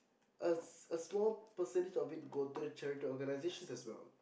a a small percentage of it go to a charitable organization as well